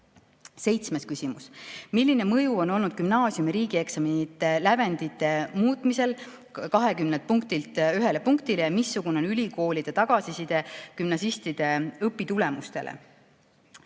eksam. Seitsmes küsimus: "Milline mõju on olnud gümnaasiumi riigieksamite lävendi muutumisel (20 punktilt ühele punktile)? Missugune on ülikoolide tagasiside gümnasistide õpitulemustele?"